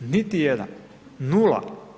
Niti jedan, nula.